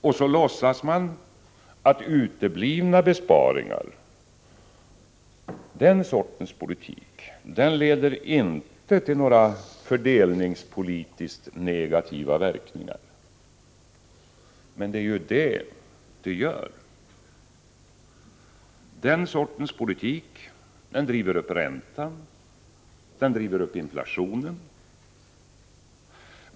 Och så låtsas man att den politik där besparingar uteblir inte leder till några fördelningspolitiskt negativa verkningar. Men det är det den gör. Den sortens politik driver upp räntan och inflationen.